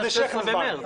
כדי שיהיה לכם זמן.